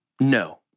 No